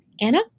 Anna